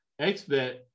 XBET